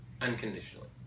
unconditionally